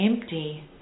empty